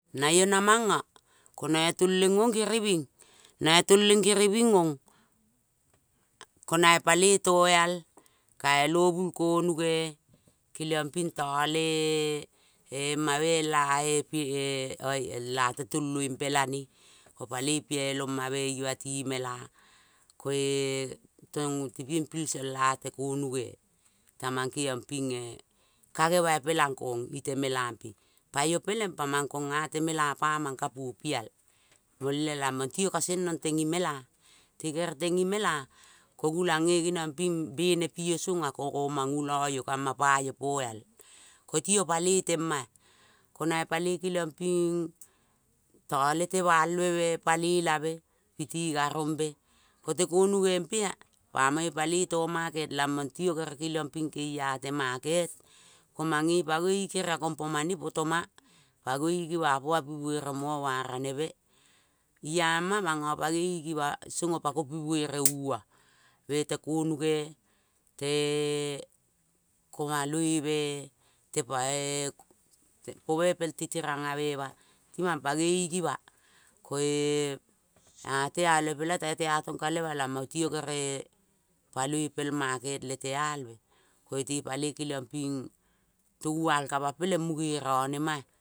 Na io na-mongo, ko na i toleng ong giriving, na i toleng giriving ong, ko na i paloi to-eal kailobul konuge, kelio-ping tole-e-ema ve-ela-ee pi ee oe el a te toloi pelane ko paloi pal paloi pialo-ma me-ve ima ti mela, ko-ee tong tepieng pilsol a te konuge, ta mang ping e-e gagema pelang kong i te melam pi, pa io peleng pa mang kong a temela pa mang kapuo pi-eal, vulamong ti io ka seng mong teng i mela, te kere teng i mela ko gulang nge geniong ping bene pi io song ea ko ngo mang ngulo io ka ma pa io po-eal, ko ti io paloi te ma-ea ko na i paloi keliong ping tole teval ve-ve pale-lave piti garong ve ko, te konuge mpe-ea pamong io paloi to maket lamong, ti io kere kelia te maket ko mang nge pangoi i keria kong po mane poto ma pangoi ingiva pomane pi vueie mo-o ua raneve i-ama, mongo pangoi ingiva song opa ko pi buere uoa ve, te konunge te-ee kovaloi ve te pa ee po ve pel tetirang ngave ma ti mang pangoi, ingi va ko-ee ea te-alve pelai tai te a tong lavong ti io kere-e paloi pel, market le te alve ko i te paloi keliong pinf to ual ka ma peleng munge rone ma-ea.